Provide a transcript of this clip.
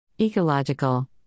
Ecological